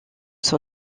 son